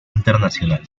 internacional